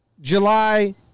july